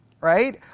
Right